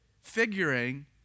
figuring